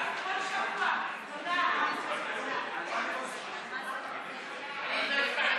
תפוסה מרבית במקומות בילוי ציבוריים),